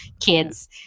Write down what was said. kids